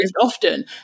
often